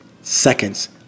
seconds